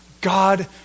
God